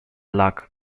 luck